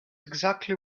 exactly